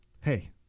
hey